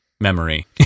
Memory